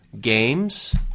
games